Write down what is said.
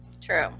True